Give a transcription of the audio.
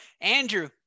Andrew